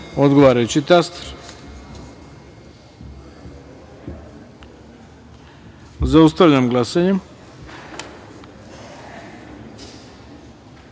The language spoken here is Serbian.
odgovarajući taster. Zaustavljam glasanje: